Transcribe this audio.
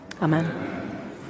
Amen